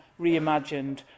reimagined